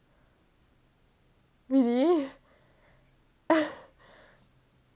really